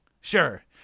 Sure